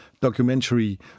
documentary